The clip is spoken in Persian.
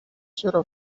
چرا